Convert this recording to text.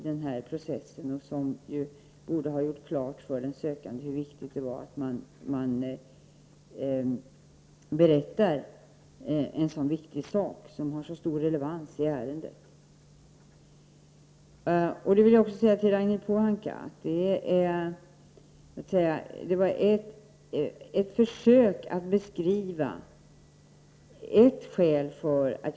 Det var således omöjligt för honom att t.ex. ha ett arbete. Sådana trakasserier förekommer i Turkiet. Här vill jag lägga till att Konyaprovinsen av många har bedömts vara den mest demokratiska provinsen i Turkiet. Där lär trakasserier och förföljelse inte förekomma — men visst förekommer det trakasserier i alla delar av Turkiet! Herr talman! Jag vill nämna något beträffande den undersökning av 400 personer som har gjorts i England. Berith Eriksson påstod att dessa människor hade utvisats från Sverige och att de så småningom hade kommit till England.